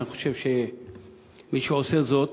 אני חושב שמי שעושה זאת